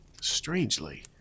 strangely